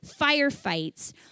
firefights